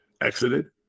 exited